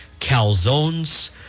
calzones